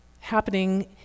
happening